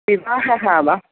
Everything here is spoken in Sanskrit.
विवाहः वा